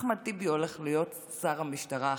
אחמד טיבי הולך להיות שר המשטרה החדש,